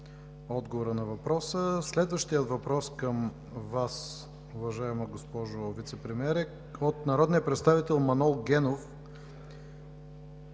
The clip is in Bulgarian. отговора на въпроса. Следващият въпрос към Вас, уважаема госпожо Вицепремиер, е от народния представител Манол Генов